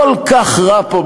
כל כך רע פה,